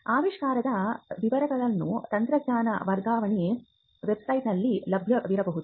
ಆವಿಷ್ಕಾರದ ವಿವರಗಳು ತಂತ್ರಜ್ಞಾನ ವರ್ಗಾವಣೆ ವೆಬ್ಸೈಟ್ನಲ್ಲಿ ಲಭ್ಯವಿರಬಹುದು